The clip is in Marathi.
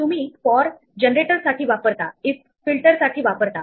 कल्पना करा की आपल्याकडे आयताकृती m x n ग्रीड आणि नाईट आहे